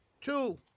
two